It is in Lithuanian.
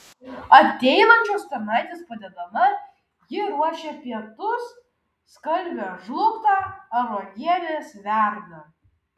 ateinančios tarnaitės padedama ji ruošia pietus skalbia žlugtą ar uogienes verda